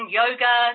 yoga